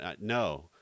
No